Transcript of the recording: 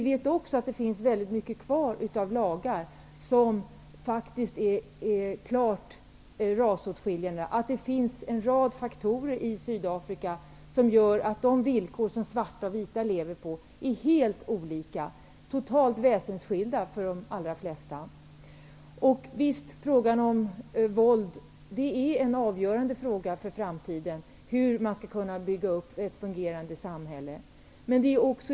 Men samtidigt finns ju väldigt många lagar kvar som faktiskt är klart rasåtskiljande. Vidare finns det en rad faktorer i Sydafrika som gör att de svartas och de vitas levnadsvillkor är helt olika. Villkoren är faktiskt totalt väsensskilda för de allra flesta. I fråga om våldet är det av avgörande betydelse för framtiden hur ett fungerande samhälle kan byggas upp.